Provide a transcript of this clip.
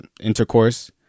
intercourse